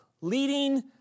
leading